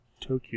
Tokyo